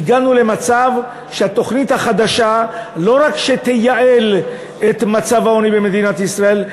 הגענו למצב שהתוכנית החדשה לא רק שתייעל את מצב העוני במדינת ישראל,